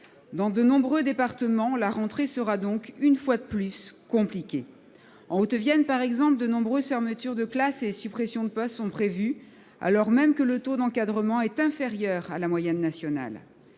Dans de nombreux départements, la rentrée sera donc, une fois de plus, compliquée. En Haute-Vienne par exemple, de nombreuses fermetures de classes et suppressions de postes sont prévues alors même que le taux d'encadrement y est inférieur à la moyenne nationale.